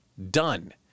Done